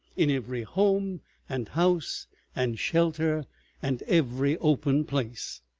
in every home and house and shelter and every open place.